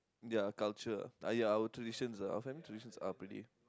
their culture ah ah ya our traditions ah our family traditions are pretty